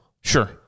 Sure